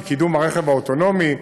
בקידום הרכב האוטונומי,